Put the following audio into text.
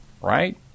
right